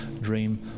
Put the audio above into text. dream